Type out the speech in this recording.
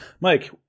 mike